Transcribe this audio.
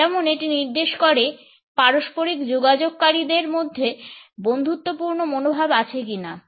যেমন এটি নির্দেশ করে পারস্পরিক যোগাযোগ কারীদের মধ্যে বন্ধুত্বপূর্ণ মনোভাব আছে কিনা